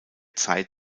zeit